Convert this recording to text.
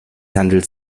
handelt